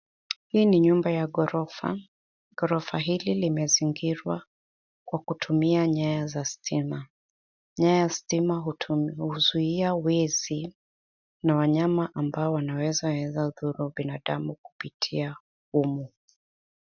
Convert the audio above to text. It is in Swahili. Hii ni nyumba ya ghorofa. Ghorofa hili limezingirwa kwa kutumia nyaya za stima. Nyaya za stima huzuhia wezi na wanyama ambao wanaweza dhuru binadamu kupitia humu.